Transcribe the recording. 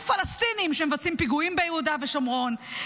פלסטינים שמבצעים פיגועים ביהודה ושומרון,